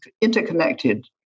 interconnected